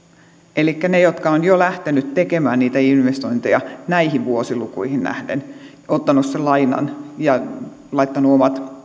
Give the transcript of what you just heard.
elikkä niitä jotka ovat jo lähteneet tekemään niitä investointeja näihin vuosilukuihin nähden ottaneet sen lainan ja laittaneet